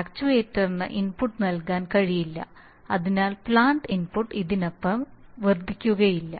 ആക്ച്യുവേറ്ററിന് input നൽകാൻ കഴിയില്ല അതിനാൽ പ്ലാന്റ് ഇൻപുട്ട് ഇതിനപ്പുറം വർദ്ധിക്കുകയില്ല